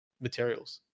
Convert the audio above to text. materials